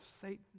Satan